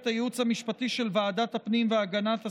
הייעוץ המשפטי של ועדת הפנים והגנת הסביבה.